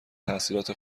تحصیلات